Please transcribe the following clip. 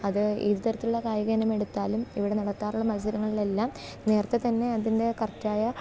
അത് ഏത് തരത്തിലുള്ള കായിക ഇനം എടുത്താലും ഇവിടെ നടത്താറുള്ള മത്സരങ്ങളിലെല്ലാം നേരെത്തെ തന്നെ അതിന്റെ കറക്റ്റ് ആയ